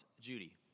Judy